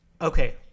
Okay